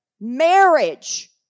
marriage